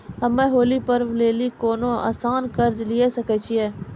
हम्मय होली पर्व लेली कोनो आसान कर्ज लिये सकय छियै?